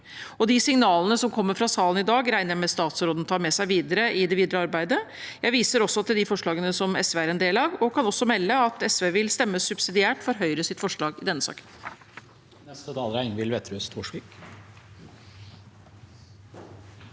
De signalene som kommer fra salen i dag, regner jeg med statsråden tar med seg videre i det videre arbeidet. Jeg viser også til de forslagene SV er med på, og kan melde at SV vil stemme subsidiært for Høyres forslag i denne saken.